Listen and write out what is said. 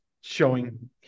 showing